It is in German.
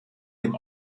dem